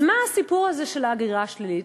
אז מה הסיפור הזה של ההגירה השלילית?